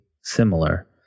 similar